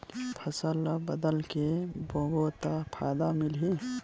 फसल ल बदल के बोबो त फ़ायदा मिलही?